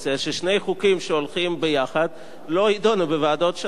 ששני חוקים שהולכים יחד לא יידונו בוועדות שונות.